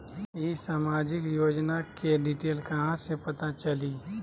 ई सामाजिक योजना के डिटेल कहा से पता चली?